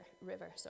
River